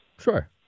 Sure